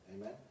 Amen